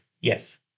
Yes